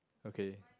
okay